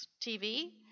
TV